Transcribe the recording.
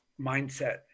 mindset